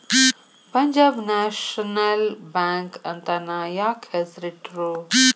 Punjab national bank ಅಂತನ ಯಾಕ್ ಹೆಸ್ರಿಟ್ರು?